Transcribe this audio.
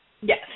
Yes